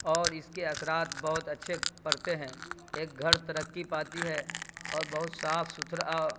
اور اس کے اثرات بہت اچھے پڑتے ہیں ایک گھر ترقی پاتی ہے اور بہت صاف ستھرا